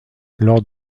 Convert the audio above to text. lors